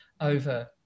over